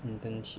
internship